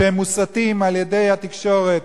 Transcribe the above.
שהם מוסתים על-ידי התקשורת,